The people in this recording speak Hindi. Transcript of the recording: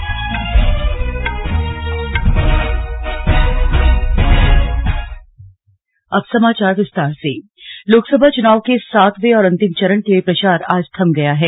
स्लग लोकसभा चुनाव लोकसभा चुनाव के सातवें और अंतिम चरण के लिए प्रचार आज थम गया है